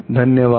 धन्यवाद